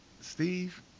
Steve